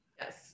Yes